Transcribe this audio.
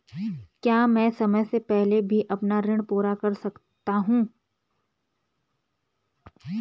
क्या मैं समय से पहले भी अपना ऋण पूरा कर सकता हूँ?